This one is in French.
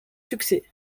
succès